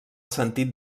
sentit